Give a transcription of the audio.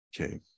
Okay